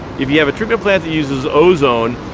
if you have a treatment plant that uses ozone,